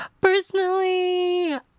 personally